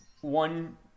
one